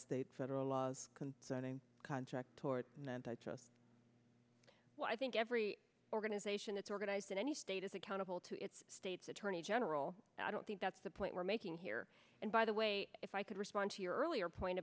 state federal laws concerning contract or i think every organization that's organized in any state is accountable to its state's attorney general and i don't think that's the point we're making here and by the way if i could respond to your earlier point